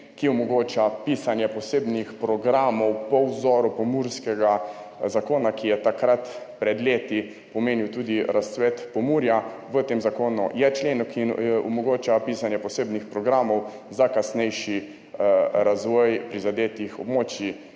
ki omogoča pisanje posebnih programov po vzoru pomurskega zakona, ki je takrat pred leti pomenil tudi razcvet Pomurja. V tem zakonu je člen, ki omogoča pisanje posebnih programov za kasnejši razvoj prizadetih območij,